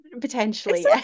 Potentially